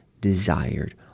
desired